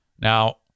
Now